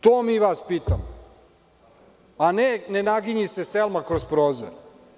To mi vas pitamo, a ne ne naginji se Selma kroz prozor.